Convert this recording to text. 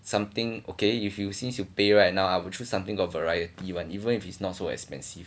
something okay if you since you pay right now I will choose something got variety one even if it's not so expensive